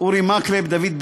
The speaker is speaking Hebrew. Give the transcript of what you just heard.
אורי מקלב,